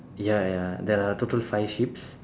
ya ya there are total five sheeps